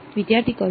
વિદ્યાર્થી કર્લ